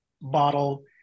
bottle